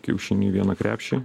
kiaušinių į vieną krepšį